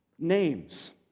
Names